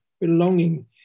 belonging